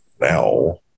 now